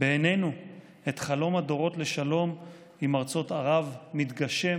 בעינינו את חלום הדורות לשלום עם ארצות ערב מתגשם,